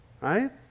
right